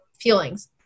feelings